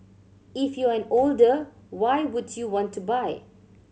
if you're an older why would you want to buy